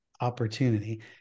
opportunity